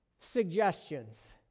suggestions